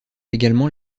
également